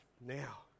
now